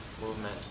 movement